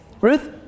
Ruth